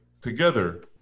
together